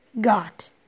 got